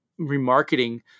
remarketing